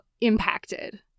impacted